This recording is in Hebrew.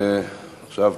עכשיו,